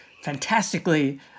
fantastically